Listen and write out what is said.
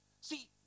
See